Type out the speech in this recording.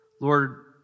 Lord